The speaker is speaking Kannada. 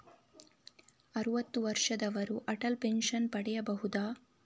ಅರುವತ್ತು ವರ್ಷದವರು ಅಟಲ್ ಪೆನ್ಷನ್ ಪಡೆಯಬಹುದ?